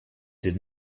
did